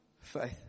faith